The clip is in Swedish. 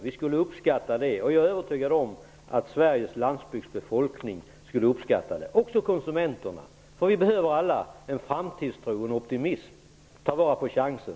Vi skulle uppskatta det. Jag är övertygad om att Sveriges landsbygdsbefolkning skulle uppskatta det liksom konsumenterna. Vi behöver alla en framtidstro och en optimism. Ta vara på chansen